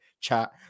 chat